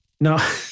no